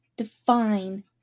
Define